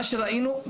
מה שראינו,